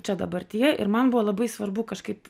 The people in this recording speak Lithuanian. čia dabartyje ir man buvo labai svarbu kažkaip